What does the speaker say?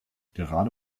gerade